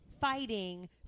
fighting